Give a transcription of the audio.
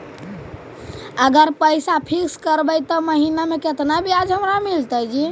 अगर पैसा फिक्स करबै त महिना मे केतना ब्याज हमरा मिलतै?